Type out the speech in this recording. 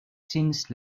since